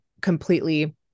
completely